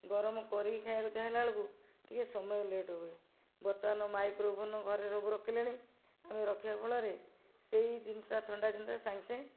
ଗରମ କରିକି ଖାଇବାକୁ ଚାହିଁଲା ବେଳକୁ ଟିକେ ସମୟ ଲେଟ ହୁଏ ବର୍ତ୍ତମାନ ମାଇକ୍ରୋ ଓଭେନ ଘରେ ସବୁ ରଖିଲେଣି ଆମେ ରଖିବା ଫଳରେ ସେହି ଜିନିଷ ଟା ଥଣ୍ଡା ଜିନିଷ ଟା ସାଙ୍ଗେସାଙ୍ଗେ